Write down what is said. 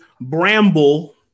Bramble